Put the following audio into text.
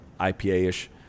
IPA-ish